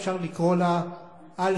אפשר לקרוא לה "אל-סוד".